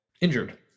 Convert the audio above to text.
injured